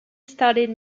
started